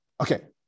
Okay